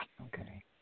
Okay